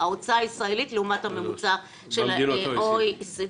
ההוצאה הישראלית לעומת הממוצע של ה-OECD.